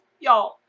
y'all